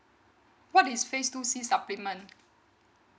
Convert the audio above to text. what is face two c supplement